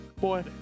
Boy